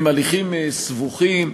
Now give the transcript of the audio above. הם הליכים סבוכים,